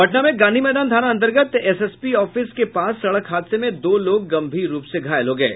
पटना में गांधी मैदान थाना अंतर्गत एसएसपी ऑफिस के पास सड़क हादसे में दो लोग गंभीर रूप से घायल हो गये